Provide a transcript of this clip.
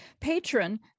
Patron